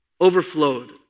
Overflowed